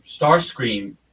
Starscream